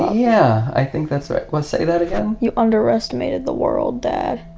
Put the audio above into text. yeah, i think that's right, well, say that again. you underestimated the world, dad.